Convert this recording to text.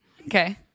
Okay